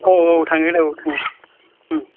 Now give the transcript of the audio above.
औ औ थांदों आंबो थांदों उम